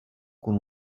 con